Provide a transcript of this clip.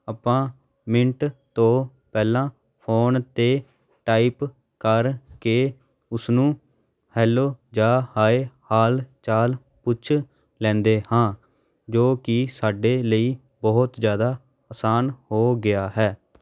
ਆਪਾਂ ਮਿੰਟ ਤੋਂ ਪਹਿਲਾਂ ਫ਼ੋਨ 'ਤੇ ਟਾਈਪ ਕਰਕੇ ਉਸਨੂੰ ਹੈਲੋ ਜਾਂ ਹਾਏ ਹਾਲ ਚਾਲ ਪੁੱਛ ਲੈਂਦੇ ਹਾਂ ਜੋ ਕਿ ਸਾਡੇ ਲਈ ਬਹੁਤ ਜ਼ਿਆਦਾ ਆਸਾਨ ਹੋ ਗਿਆ ਹੈ